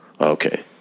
Okay